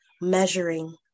measuring